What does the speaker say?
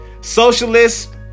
Socialists